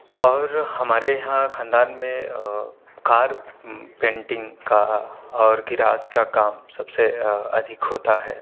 اور ہمارے یہاں خاندان میں کار پینٹنگ کا اور گراس کا کام سب سے ادھک ہوتا ہے